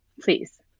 Please